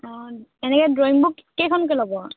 অঁ এনেকৈ drawing book কেইখনকৈ ল'ব